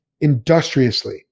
industriously